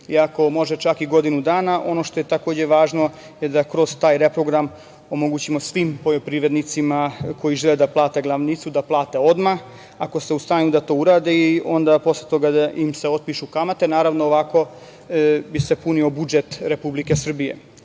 ako može čak i godinu dana. Ono što je takođe važno je da kroz taj reprogram omogućimo svim poljoprivrednicima koji žele da plate glavnicu da plate odmah, ako su u stanju da to urade, i onda posle toga da im se otpišu kamate. Naravno, ovako bi se punio budžet Republike